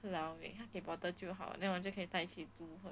!walao! eh 给 bottle 就好 then 我就可以带去 zoo liao